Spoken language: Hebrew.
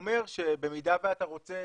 אומר שבמידה ואתה רוצה